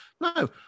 No